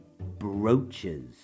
brooches